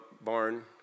barn